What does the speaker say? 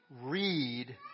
read